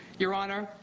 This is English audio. your honor,